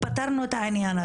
אוקי, אז פתרנו את העניין הזה.